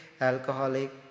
alcoholic